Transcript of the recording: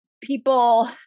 people